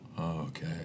Okay